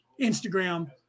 Instagram